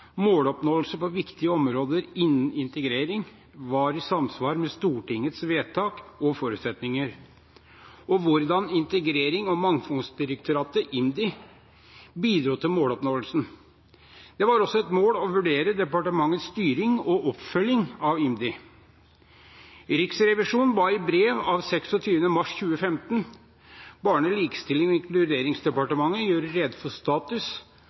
måloppnåelse og virkemiddelbruk i arbeidet med bosetting og kvalifisering av flyktninger, som ble sendt Stortinget 11. november 2010. Formålet med Riksrevisjonens undersøkelse var å vurdere om måloppnåelsen på viktige områder innen integrering var i samsvar med Stortingets vedtak og forutsetninger, og hvordan Integrerings- og mangfoldsdirektoratet, IMDi, bidro til måloppnåelsen. Det var også et mål å vurdere departementets styring og oppfølging av IMDi. Riksrevisjonen